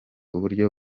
uburyo